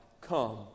come